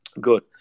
good